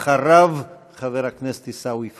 אחריו, חבר הכנסת עיסאווי פריג'.